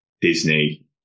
disney